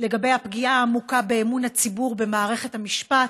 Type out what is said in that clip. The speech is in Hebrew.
לגבי הפגיעה העמוקה באמון הציבור במערכת המשפט,